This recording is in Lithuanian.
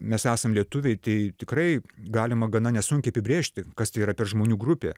mes esam lietuviai tai tikrai galima gana nesunkiai apibrėžti kas tai yra per žmonių grupė